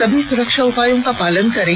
सभी सुरक्षा उपायों का पालन करें